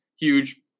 huge